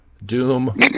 Doom